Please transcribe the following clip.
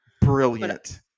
brilliant